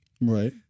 right